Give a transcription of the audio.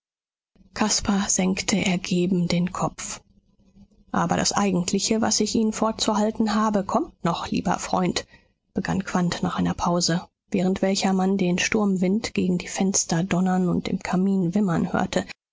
caspar senkte ergeben den kopf aber das eigentliche was ich ihnen vorzuhalten habe kommt noch lieber freund begann quandt nach einer pause während welcher man den sturmwind gegen die fenster donnern und im kamin wimmern hörte